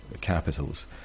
capitals